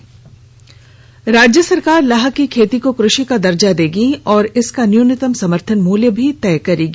किसान मेला राज्य सरकार लाह की खेती को कृषि का दर्जा देगी और और इसका न्यूनतम समर्थन मूल्य भी तय करेगी